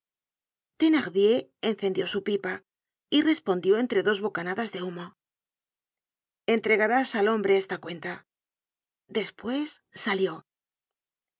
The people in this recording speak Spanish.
thenardier encendió su pipa y respondió entre dos bocanadas de humo entregarás al hombre esta cuenta despues salió